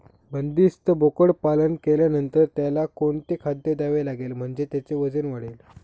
बंदिस्त बोकडपालन केल्यानंतर त्याला कोणते खाद्य द्यावे लागेल म्हणजे त्याचे वजन वाढेल?